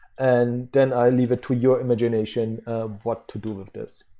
and then i leave it to your imagination of what to do with this.